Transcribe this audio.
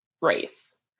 race